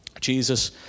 Jesus